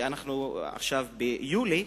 ואנחנו עכשיו ביולי,